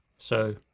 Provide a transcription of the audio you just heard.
so,